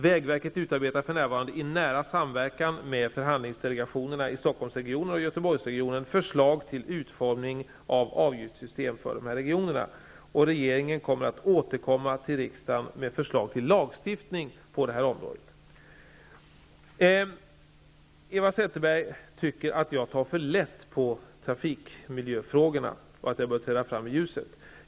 Vägverket utarbetar för närvarande i nära samverkan med förhandlingsdelegationerna i Regeringen kommer att återkomma till riksdagen med förslag till lagstiftning på området. Eva Zetterberg tycker att jag tar för lätt på trafikmiljöfrågorna och att jag bör träda fram i ljuset.